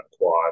quad